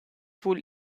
vul